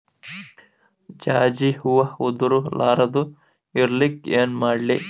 ಜಾಜಿ ಹೂವ ಉದರ್ ಲಾರದ ಇರಲಿಕ್ಕಿ ಏನ ಮಾಡ್ಲಿ?